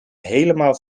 helemaal